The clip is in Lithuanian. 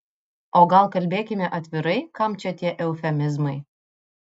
o gal kalbėkime atvirai kam čia tie eufemizmai